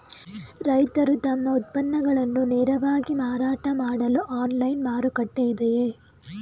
ರೈತರು ತಮ್ಮ ಉತ್ಪನ್ನಗಳನ್ನು ನೇರವಾಗಿ ಮಾರಾಟ ಮಾಡಲು ಆನ್ಲೈನ್ ಮಾರುಕಟ್ಟೆ ಇದೆಯೇ?